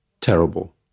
terrible